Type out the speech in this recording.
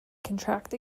contract